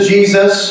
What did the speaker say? Jesus